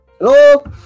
Hello